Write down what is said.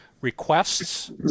requests